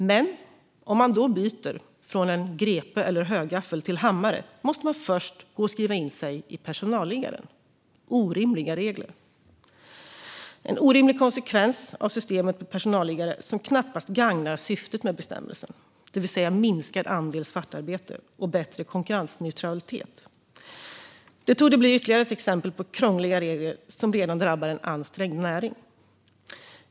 Men om man då byter från en grep eller en högaffel till en hammare måste man först gå och skriva in sig i personalliggaren. Det är orimliga regler! Detta är en orimlig konsekvens av systemet med personalliggare som knappast gagnar syftet med bestämmelsen, det vill säga minskad andel svartarbete och bättre konkurrensneutralitet. Det torde bli ytterligare ett exempel på krångliga regler som drabbar en redan ansträngd näring.